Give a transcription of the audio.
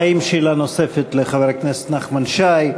האם יש שאלה נוספת לחבר הכנסת נחמן שי?